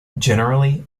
generally